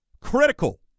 critical